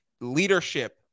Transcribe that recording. leadership